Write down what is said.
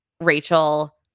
Rachel